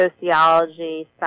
sociology